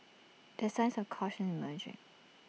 there signs of caution emerging